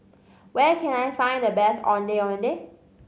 where can I find the best Ondeh Ondeh